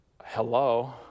Hello